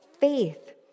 faith